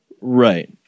Right